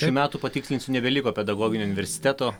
šių metų patikslinsiu nebeliko pedagoginio universiteto